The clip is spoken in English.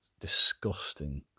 disgusting